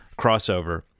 crossover